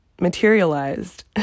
materialized